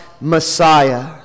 Messiah